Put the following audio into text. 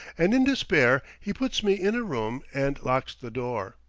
and in despair he puts me in a room and locks the door.